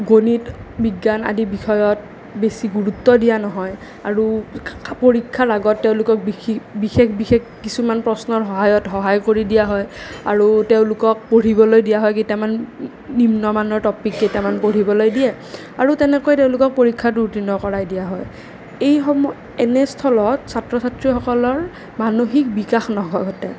গণিত বিজ্ঞান আদি বিষয়ত বেছি গুৰুত্ব দিয়া নহয় আৰু পৰীক্ষাৰ আগত তেওঁলোকক বিশেষ বিশেষ কিছুমান প্ৰশ্নৰ সহায়ত সহায় কৰি দিয়া হয় আৰু তেওঁলোকক পঢ়িবলৈ দিয়া হয় কেইটামান নিম্নমানৰ টপিক কেইটামান পঢ়িবলৈ দিয়ে আৰু তেনেকৈ তেওঁলোকক পৰীক্ষাত উত্তীৰ্ণ কৰাই দিয়া হয় এইসমূহ এনেস্থলত ছাত্ৰ ছাত্ৰীসকলৰ মানসিক বিকাশ নঘটে